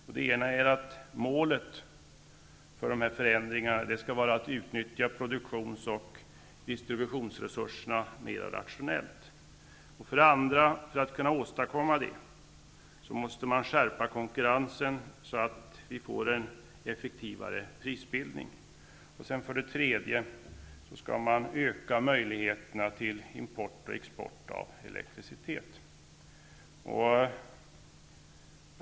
För det första: Målet för förändringarna skall vara att utnyttja produktions och distributionsresurserna mer rationellt. För det andra: För att åstadkomma detta måste konkurrensen skärpas så att det blir en effektivare prisbildning. För det tredje: Möjligheterna till import och export av elektricitet skall ökas.